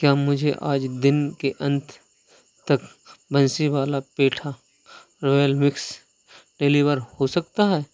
क्या मुझे आज दिन के अंत तक Bansiwala petha royal mix deliver हो सकता है